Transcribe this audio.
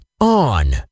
on